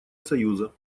союза